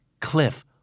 cliff